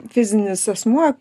fizinis asmuo